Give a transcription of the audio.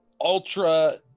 ultra